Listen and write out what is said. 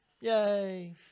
Yay